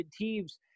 teams